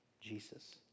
Jesus